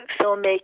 filmmaking